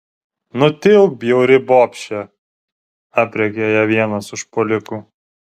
nutilk bjauri bobše aprėkia ją vienas užpuolikų